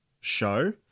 show